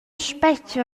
spetga